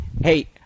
Hey